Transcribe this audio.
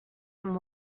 and